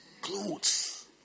clothes